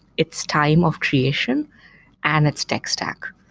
its time of creation and its tech stack.